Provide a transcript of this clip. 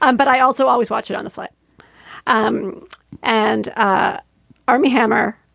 and but i also always watch it on the fly um and ah army hammer